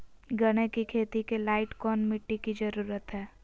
गन्ने की खेती के लाइट कौन मिट्टी की जरूरत है?